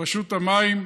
רשות המים,